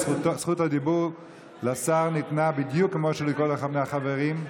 זכות הדיבור לשר ניתנה בדיוק כמו לכל אחד מהחברים,